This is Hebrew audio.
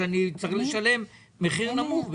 או שאני צריך לשלם מחיר נמוך,